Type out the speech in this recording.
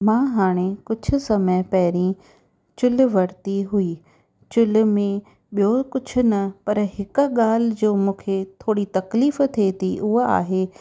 मां हाणे कुझु समय पहिरीं चुल्हि वरिती हुई चुल्हि में ॿियो कुझु न पर हिक ॻाल्हि जी मूंखे थोरी तकलीफ़ थिए थी उहा आहे